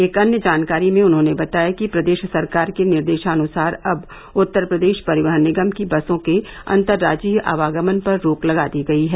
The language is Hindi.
एक अन्य जानकारी में उन्होंने बताया कि प्रदेश सरकार के निर्देशानुसार अब उत्तर प्रदेश परिवहन निगम की बसों के अंतर्राज्जीय आवागमन पर रोक लगा दी गई है